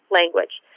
language